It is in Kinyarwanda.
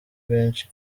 benshi